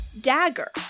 dagger